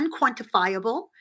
unquantifiable